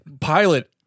pilot